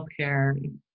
Healthcare